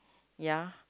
ya